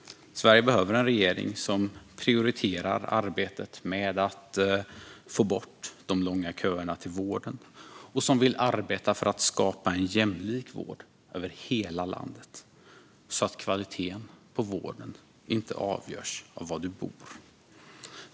Sverige behöver en regering som prioriterar arbetet med att få bort de långa köerna till vården och som vill arbeta för att skapa en jämlik vård över hela landet så att kvaliteten på vården inte avgörs av var du bor.